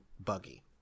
buggy